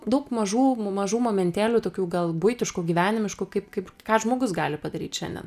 daug mažų mažų momentėlių tokių gal buitiškų gyvenimiškų kaip kaip ką žmogus gali padaryt šiandien